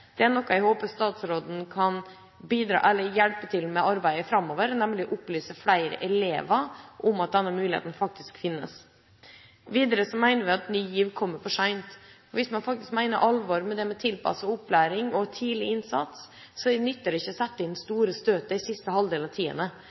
Jeg håper statsråden kan hjelpe til med det arbeidet framover, nemlig å opplyse flere elever om at denne muligheten faktisk finnes. Videre mener vi at Ny GIV kommer for sent. Hvis man mener alvor med tilpasset opplæring og tidlig innsats, nytter det ikke å sette inn det store støtet i siste halvdel av